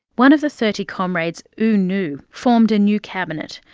one of the thirty comrades, u nu formed a new cabinet,